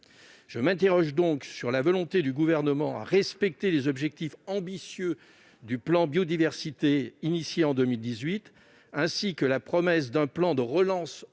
Je m'interroge donc sur la volonté du Gouvernement de respecter les objectifs ambitieux du plan Biodiversité, initié en 2018, ainsi que la promesse d'un plan de relance orienté